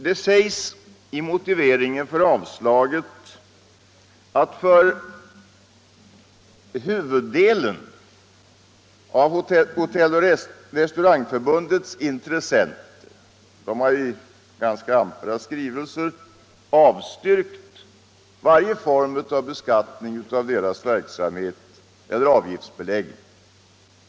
Det sägs i motiveringen för avstyrkandet att huvuddelen av Hotelloch res: taurantförbundets intressenter i ganska ampra skrivelser har avstyrkt var je form av beskattning av deras verksamhet eller av avgiftsbeläggning.